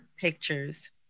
pictures